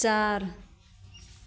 चार